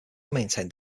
maintained